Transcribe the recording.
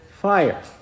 fire